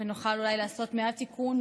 ונוכל אולי לעשות מעט תיקון,